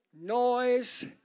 noise